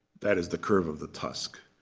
that is the curve of the tusk.